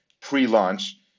pre-launch